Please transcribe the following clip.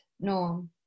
norm